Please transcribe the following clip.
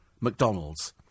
McDonald's